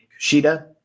Kushida